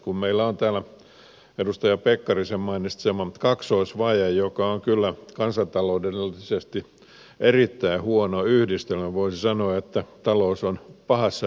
kun meillä on täällä edustaja pekkarisen mainitsema kaksoisvaje joka on kyllä kansantaloudellisesti erittäin huono yhdistelmä voisi sanoa että talous on pahassa rytmihäiriössä